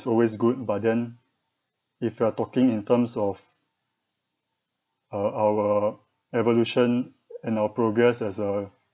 always good but then if you are talking in terms of uh our evolution and our progress as a